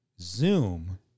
Zoom